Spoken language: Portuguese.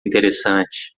interessante